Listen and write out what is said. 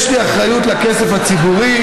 יש לי אחריות לכסף הציבורי,